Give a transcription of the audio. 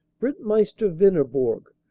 ritt meister venerbourg,